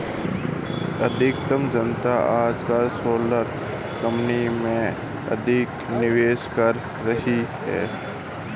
अधिकतर जनता आजकल सोलर कंपनी में अधिक निवेश कर रही है